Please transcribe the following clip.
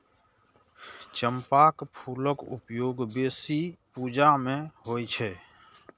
चंपाक फूलक उपयोग बेसी पूजा मे होइ छै